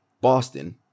Boston